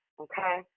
okay